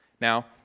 Now